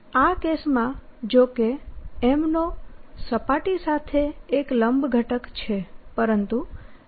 આ કેસમાં જો કે M નો સપાટી સાથે એક લંબ ઘટક છે પરંતુ લંબાઈ 0 હશે